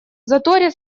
заторе